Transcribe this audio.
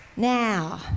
Now